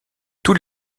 tous